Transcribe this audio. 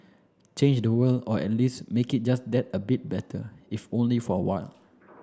change the world or at least make it just that a bit better if only for a while